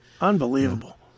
Unbelievable